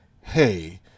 hey